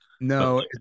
No